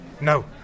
No